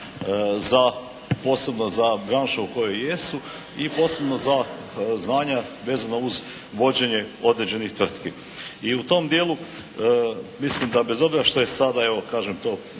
posebno za branšu u kojoj jesu i posebno za, znanja vezano za vođenje određenih tvrtki. I u tom dijelu mislim da bez obzira što je sada evo kažem to